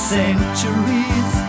centuries